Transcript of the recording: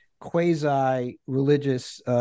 quasi-religious